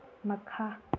ꯃꯈꯥ